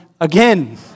again